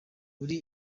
muri